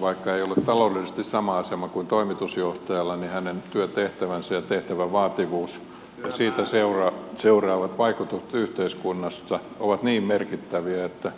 vaikka ei ole taloudellisesti sama asema kuin toimitusjohtajalla niin hänen työtehtävänsä ja tehtävän vaativuus ja siitä seuraavat vaikutukset yhteiskunnassa ovat niin merkittäviä että